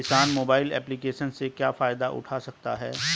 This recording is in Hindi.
किसान मोबाइल एप्लिकेशन से क्या फायदा उठा सकता है?